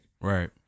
Right